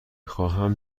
خواهم